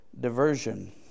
diversion